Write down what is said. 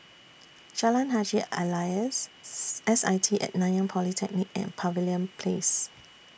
Jalan Haji Alias S I T At Nanyang Polytechnic and Pavilion Place